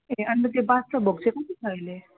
अन्त त्यो बादसाह भोग चाहिँ कति छ अहिले